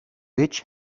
each